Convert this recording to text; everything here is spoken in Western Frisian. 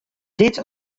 dizze